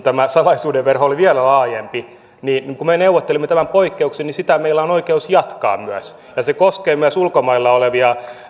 tämä salaisuuden verho oli vielä laajempi mutta kun me neuvottelimme tämän poikkeuksen niin sitä meillä on myös oikeus jatkaa ja se koskee myös ulkomailla olevia